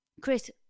Chris